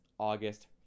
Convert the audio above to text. August